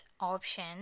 option